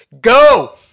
go